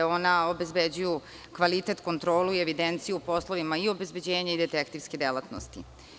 One obezbeđuju kvalitet, kontrolu i evidenciju u poslovima i obezbeđenja i detektivske delatnosti.